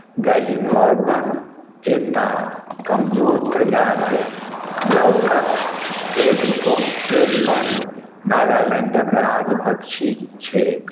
गैली फॉर्मक एकटा कमजोर प्रजाति ब्लाउथक ट्रैगोपन नागालैंडक राज्य पक्षी छैक